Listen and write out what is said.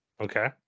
Okay